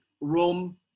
Rome